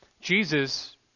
Jesus